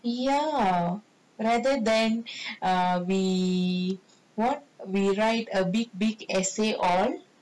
ya rather than err we what we write a big big essay on